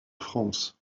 france